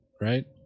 right